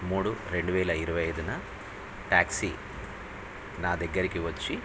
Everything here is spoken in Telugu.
మూడు రెండు వేల ఇరవై ఐదున ట్యాక్సీ నా దగ్గరికి వచ్చి